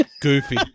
goofy